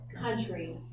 country